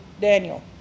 Daniel